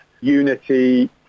Unity